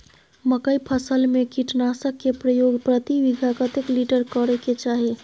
मकई फसल में कीटनासक के प्रयोग प्रति बीघा कतेक लीटर करय के चाही?